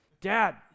dad